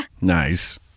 Nice